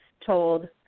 told